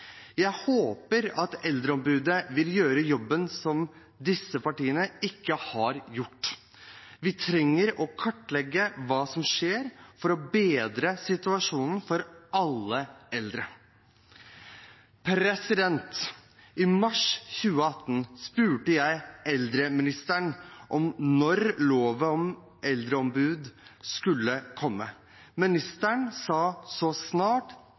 Jeg håper at Eldreombudet vil gjøre jobben som disse partiene ikke har gjort. Vi trenger å kartlegge hva som skjer for å bedre situasjonen for alle eldre. I mars 2018 spurte jeg eldreministeren om når loven om eldreombud skulle komme. Statsråden sa så snart som mulig. To år og tre måneder er ikke «så snart